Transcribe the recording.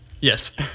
Yes